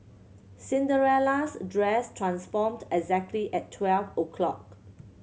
Cinderella's dress transformed exactly at twelve o'clock